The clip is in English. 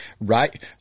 right